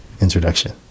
introduction